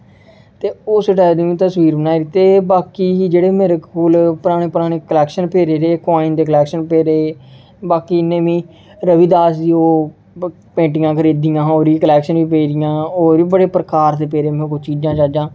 ते उस स्हाबै दी तस्वीर बनाई ते बाकी जेह्डे़ मेरे कोल पराने पराने कलेक्शन पेदे कॉइन दे कलेक्शन पेदे बाकी इ'नें रविदास दी ओह् पेंटिंगां खरीदियां ही ओह्दी कलेक्शन बी पेदी ऐ होर बी बडे़ प्रकार दे पेदे मेरे कोल चीजां चाजां